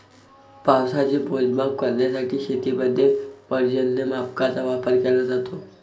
पावसाचे मोजमाप करण्यासाठी शेतीमध्ये पर्जन्यमापकांचा वापर केला जातो